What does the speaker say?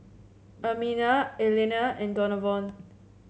Ermina Elana and Donavon